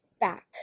back